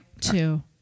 two